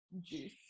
juice